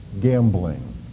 gambling